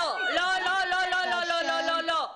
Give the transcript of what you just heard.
לא, לא, לא, לא.